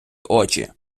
очі